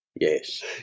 Yes